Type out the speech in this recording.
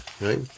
right